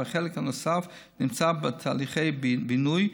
והחלק הנוסף נמצא בתהליכי בינוי.